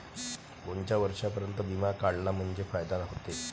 कोनच्या वर्षापर्यंत बिमा काढला म्हंजे फायदा व्हते?